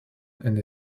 and